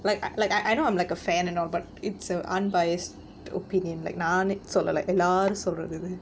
like like I know I'm like a fan and all but it's a unbiased opinion like நானு சொல்லல எல்லாரும் சொல்றது இது:naanu sollala ellaarum solrathu ithu